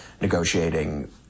negotiating